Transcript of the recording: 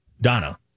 Donna